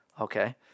Okay